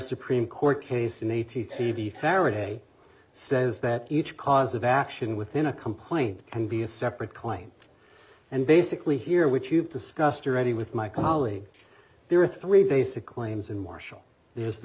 supreme court case in a t t v faraday says that each cause of action within a complaint can be a separate claim and basically here which you've discussed already with my colleague there are three basic claims in marshall there's the